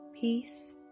peace